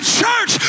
church